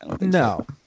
no